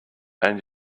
and